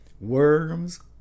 worms